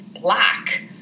black